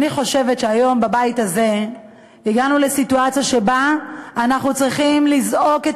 אני חושבת שהיום הגענו בבית הזה לסיטואציה שבה אנחנו צריכים לזעוק את